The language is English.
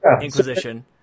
Inquisition